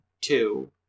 two